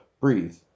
breathe